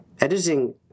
Editing